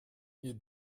ihr